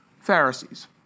Pharisees